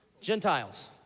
Gentiles